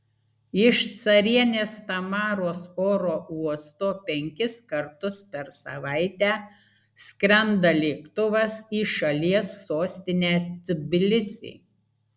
iš carienės tamaros oro uosto penkis kartus per savaitę skrenda lėktuvas į šalies sostinę tbilisį